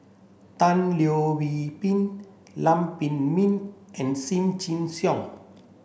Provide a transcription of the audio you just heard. Tan Leo Wee Hin Lam Pin Min and Lim Chin Siong